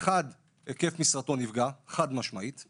היקף משרתו נפגע חד-משמעית;